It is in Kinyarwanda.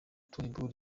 turnbull